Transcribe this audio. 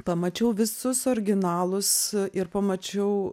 pamačiau visus originalus ir pamačiau